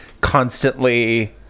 constantly